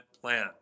plan